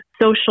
social